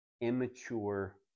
immature